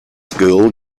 school